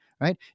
right